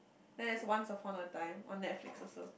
and it's Once-Upon-a-Time on Netflix also